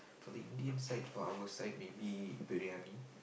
the Indian side or our side I think briyani